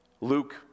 Luke